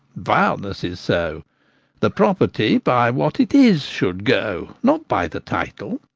vileness is so the property by what it is should go, not by the title.